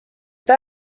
pas